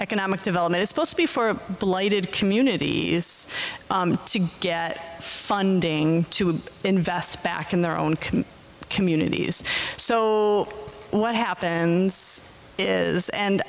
economic development is supposed to be for blighted community is to get funding to invest back in their own communities so what happens is and